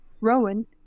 Rowan